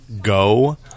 go